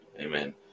Amen